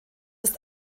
ist